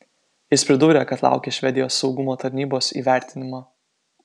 jis pridūrė kad laukia švedijos saugumo tarnybos įvertinimo